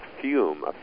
fume